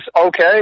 okay